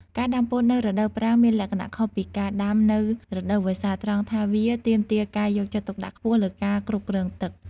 ការដាំពោតនៅរដូវប្រាំងមានលក្ខណៈខុសពីការដាំនៅរដូវវស្សា ត្រង់ថាវាទាមទារការយកចិត្តទុកដាក់ខ្ពស់លើការគ្រប់គ្រងទឹក។